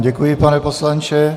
Děkuji vám, pane poslanče.